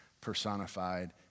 personified